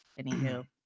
Anywho